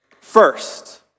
First